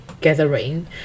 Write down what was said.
gathering